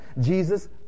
Jesus